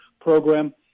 program